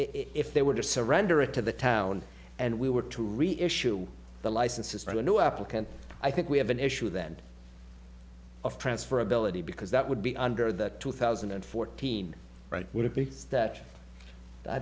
if they were to surrender it to the town and we were to reissue the licenses for the new applicant i think we have an issue then of transfer ability because that would be under the two thousand and fourteen right would have because that i